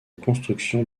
construction